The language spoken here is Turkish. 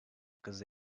kızı